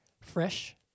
fresh